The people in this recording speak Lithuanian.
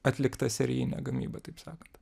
atlikta serijinė gamyba taip sakant